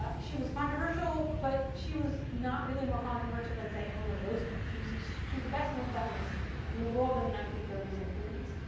ah she was controversial, but she was not really more controversial than, say, eleanor roosevelt. she was she was the best known feminist in the world in the forty s.